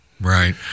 Right